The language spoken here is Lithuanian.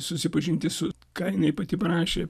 susipažinti su ką jinai pati parašė